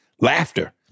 laughter